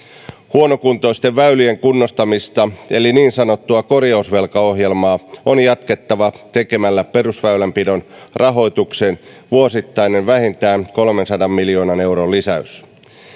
huonokuntoisten väylien kunnostamista eli niin sanottua korjausvelkaohjelmaa on jatkettava tekemällä perusväylänpidon rahoitukseen vuosittainen vähintään kolmensadan miljoonan euron lisäys